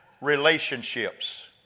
relationships